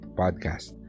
podcast